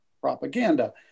propaganda